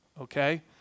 Okay